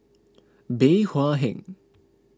Bey Hua Heng